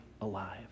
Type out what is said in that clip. alive